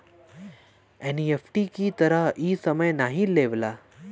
NEFT की तरह इ समय नाहीं लेवला